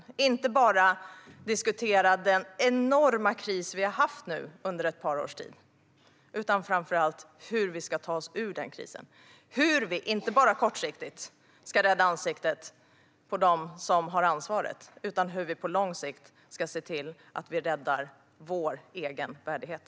Vi ska inte bara diskutera den enorma kris vi har haft nu under ett par års tid utan framför allt hur vi ska ta oss ur den - hur vi inte bara kortsiktigt ska rädda ansiktet på dem som har ansvaret utan hur vi på lång sikt räddar vår egen värdighet.